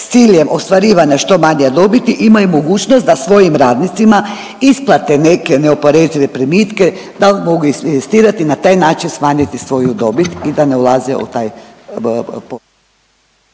s ciljem ostvarivanja što manje dobiti imaju mogućnost da svojim radnicima isplate neke neoporezive primitke, da li mogu investirati na taj način smanjiti svoju dobit i da ne ulaze u taj